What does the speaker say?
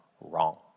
wrong